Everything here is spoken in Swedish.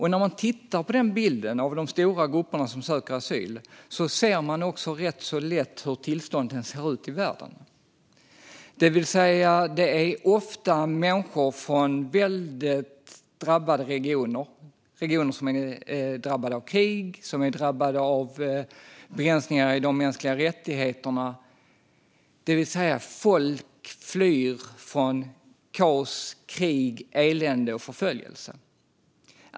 När man ser de största grupperna som söker asyl ser man också rätt lätt hur tillståndet i världen är. Det är ofta människor från regioner som är drabbade av krig och begränsningar av de mänskliga rättigheterna. Folk flyr alltså från kaos, krig, elände och förföljelse.